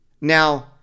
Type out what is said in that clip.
Now